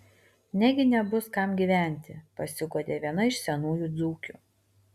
negi nebus kam gyventi pasiguodė viena iš senųjų dzūkių